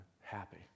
happy